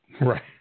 Right